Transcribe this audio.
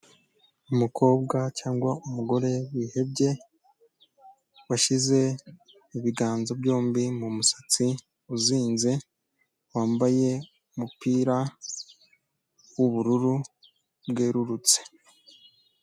Umukobwa cyangwa umugore wihebye washyize ibiganza byombi mu musatsi uzinze, wambaye umupira w'ubururu bwererutse.